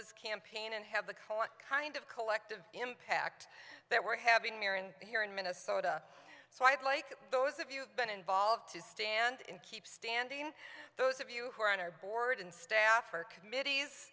this campaign and have the coin kind of collective impact that we're having here and here in minnesota so i'd like those of you been involved to stand in keep standing those of you who are on our board and staff are committees